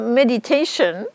meditation